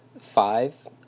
five